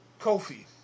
Kofi